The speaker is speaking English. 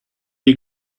you